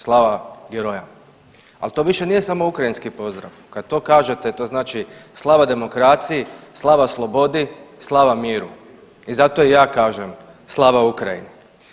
Slava …“, ali to više nije samo ukrajinski pozdrav, kad to kažete to znači slava demokraciji, slava slobodi, slava miru i zato i ja kažem, slava Ukrajini.